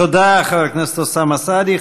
תודה, חבר הכנסת אוסאמה סעדי.